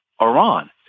Iran